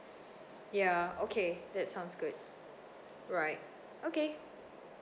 ya okay that sounds good right okay